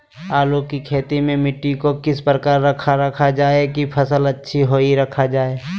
आलू की खेती में मिट्टी को किस प्रकार रखा रखा जाए की फसल अच्छी होई रखा जाए?